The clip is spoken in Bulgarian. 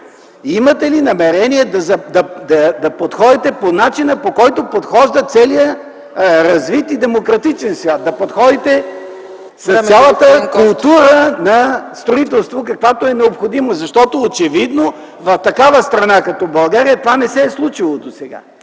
имате ли намерение да подходите по начина, по който подхожда целият развит и демократичен свят, да подходите с цялата култура на строителство, каквато е необходима, защото е очевидно, че в такава страна като България това не се е случило досега?